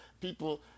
People